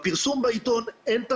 בפרסום בעיתון אין שרטוטים,